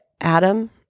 Adam